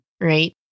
right